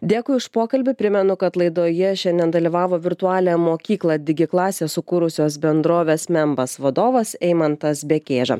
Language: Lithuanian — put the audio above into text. dėkui už pokalbį primenu kad laidoje šiandien dalyvavo virtualią mokyklą digi klasė sukūrusios bendrovės membas vadovas eimantas bekėža